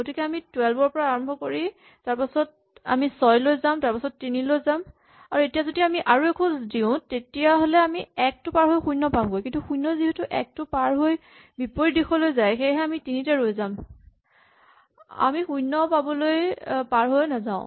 গতিকে আমি ১২ ৰ পৰা আৰম্ভ কৰিম তাৰপাছত আমি ৬ লৈ যাম তাৰপাছত ৩ লৈ যাম আৰু এতিয়া যদি আমি আৰু এখোজ যাওঁ তেতিয়াহ'লে আমি ১ টো পাৰ হৈ শূণ্য পামগৈ কিন্তু শূণ্যই যিহেতু এক টো পাৰ হৈ বিপৰীত দিশলৈ যায় সেয়েহে আমি তিনিতে ৰৈ যাম আমি শূণ্য পাবলৈ পাৰ হৈ নাযাও